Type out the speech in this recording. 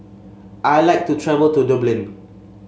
I like to travel to Dublin